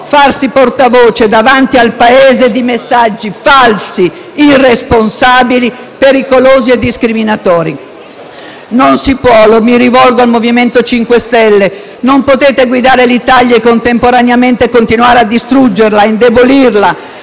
farsi portavoce davanti al Paese di messaggi falsi, irresponsabili, pericolosi e discriminatori. Non si può - e mi rivolgo ai colleghi del MoVimento 5 Stelle - guidare l'Italia e contemporaneamente continuare a distruggerla, ad indebolirla,